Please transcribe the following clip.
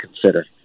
consider